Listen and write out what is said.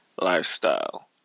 lifestyle